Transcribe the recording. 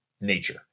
nature